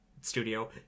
studio